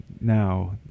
Now